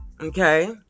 Okay